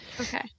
Okay